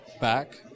back